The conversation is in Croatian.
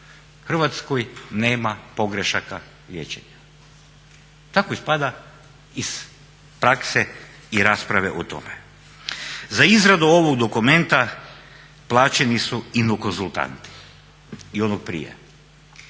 Hrvatskoj nema pogrešaka liječenja. Tako ispada iz prakse i rasprave o tome. Za izradu ovog dokumenta plaćeni su ino konzultanti i ono prije.